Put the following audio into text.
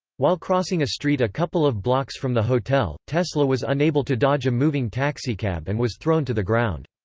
while crossing a street a couple of blocks from the hotel, tesla was unable to dodge a moving taxicab and was thrown to the ground.